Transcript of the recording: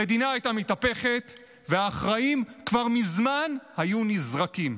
המדינה הייתה מתהפכת והאחראים כבר מזמן היו נזרקים,